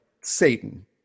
Satan –